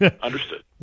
Understood